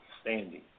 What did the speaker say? standing